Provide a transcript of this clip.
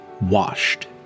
Washed